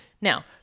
Now